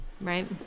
right